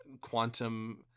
quantum